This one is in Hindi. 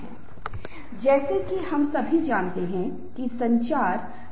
समूह के सदस्य एक दूसरे के बारे में जानते हैं और सामान्य लक्ष्य के बारे में संवाद करते हैं